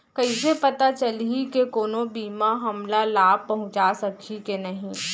कइसे पता चलही के कोनो बीमा हमला लाभ पहूँचा सकही के नही